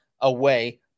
away